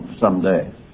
someday